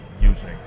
using